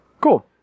cool